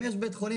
אם יש בית חולים,